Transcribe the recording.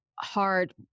hard